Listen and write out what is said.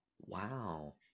Wow